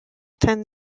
ten